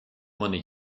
money